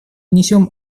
несем